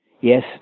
yes